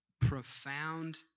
profound